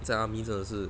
在 army 真的是